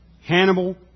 Hannibal